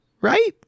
right